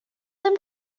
them